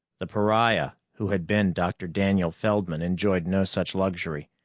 the pariah who had been dr. daniel feldman enjoyed no such luxury.